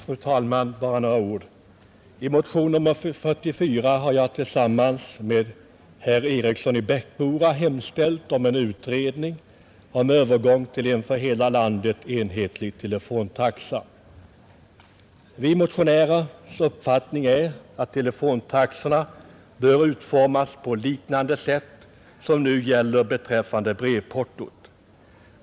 Fru talman! Bara några ord. I motion nr 44 har jag tillsammans med herr Eriksson i Bäckmora hemställt om en utredning om övergång till en för hela landet enhetlig telefontaxa. Vi motionärer har den uppfattningen att telefontaxorna bör utformas på liknande sätt som nu gäller beträffande brevportot.